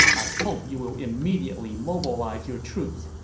i hope you will immediately mobilize your troops.